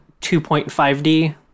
2.5D